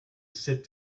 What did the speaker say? sit